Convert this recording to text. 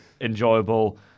enjoyable